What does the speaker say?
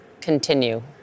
continue